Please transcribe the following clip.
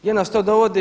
Gdje nas to dovodi?